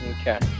okay